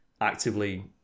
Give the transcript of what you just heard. actively